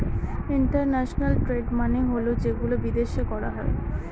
international trade মানে হল যেগুলো বিদেশে করা হয়